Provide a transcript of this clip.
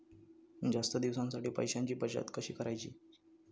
जास्त दिवसांसाठी पैशांची बचत कशी करायची?